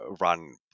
run